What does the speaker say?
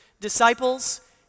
disciples